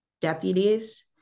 deputies